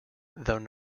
though